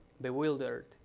bewildered